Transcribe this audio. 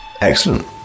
Excellent